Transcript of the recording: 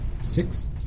six